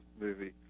movie